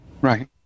Right